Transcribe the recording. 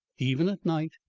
even at night,